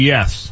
Yes